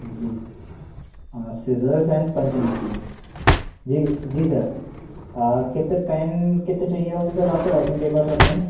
ji scissors and punching machine जी जी sir कितने पेन कितने चाहिए होंगे सर आपको राइटिंग पेपर्स और पेन्स